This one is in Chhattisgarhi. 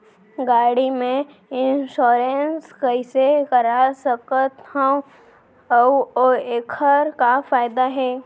गाड़ी के इन्श्योरेन्स कइसे करा सकत हवं अऊ एखर का फायदा हे?